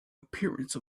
appearance